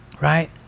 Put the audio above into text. Right